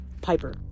Piper